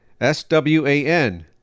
S-W-A-N